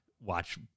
watch